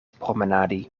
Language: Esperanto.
promenadi